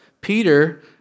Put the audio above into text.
Peter